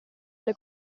alle